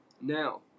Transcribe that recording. Now